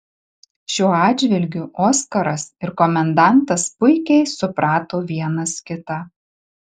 šiuo atžvilgiu oskaras ir komendantas puikiai suprato vienas kitą